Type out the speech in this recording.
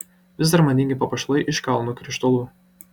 vis dar madingi papuošalai iš kalnų krištolų